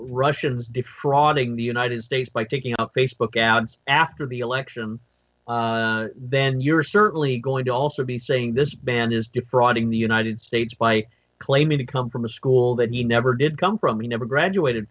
russians defrauding the united states by taking out facebook ads after the election then you're certainly going to also be saying this band is defrauding the united states by claiming to come from a school that he never did come from you never graduated